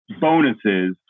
bonuses